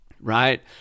right